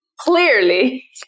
Clearly